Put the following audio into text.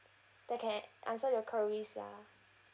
that can answer your quarries ya